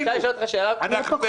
אפשר לשאול אותך שאלה בכנות?